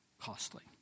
costly